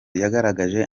yagaragaje